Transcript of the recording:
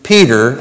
Peter